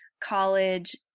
college